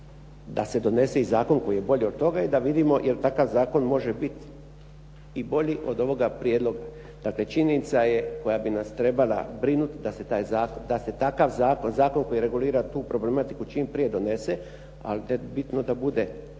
da se donese i zakon koji je bolji od toga, i da vidimo je li takav zakon može biti i bolji od ovoga prijedloga. Dakle, činjenica je koja bi nas trebala brinuti da se takav zakon koji regulira tu problematiku čim prije donese, ali bitno je da bude